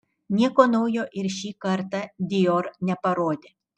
nieko naujo ir šį kartą dior neparodė